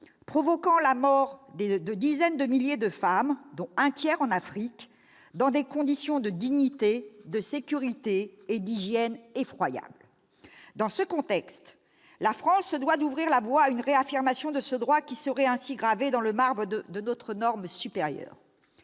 provoquant la mort de dizaines de milliers de femmes, dont un tiers en Afrique, dans des conditions de dignité, de sécurité et d'hygiène effroyables. Dans ce contexte, la France se doit d'ouvrir la voie à une réaffirmation de ce droit, qui serait ainsi gravé dans le marbre de notre norme suprême.